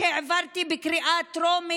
שחיתות היא חלק בלתי נפרד מהפוליטיקה.